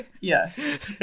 Yes